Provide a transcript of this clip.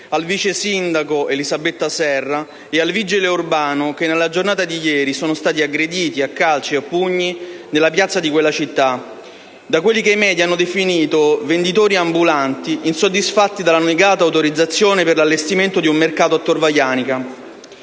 al vice sindaco Elisabetta Serra e al vigile urbano che nella giornata di ieri sono stati aggrediti a calci e pugni nella piazza di quella città da quelli che i *media* hanno definito venditori ambulanti insoddisfatti dalla negata autorizzazione per l'allestimento di un mercato a Torvaianica.